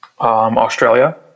Australia